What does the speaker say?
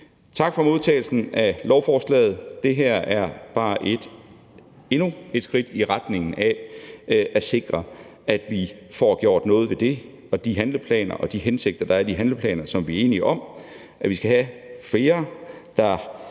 Tak for modtagelsen af lovforslaget. Det her er bare endnu et skridt i retning af at sikre, at vi får gjort noget ved det i forhold til de handleplaner og de hensigter, der er i de handleplaner, som vi er enige om – altså at vi skal have flere, der